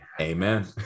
amen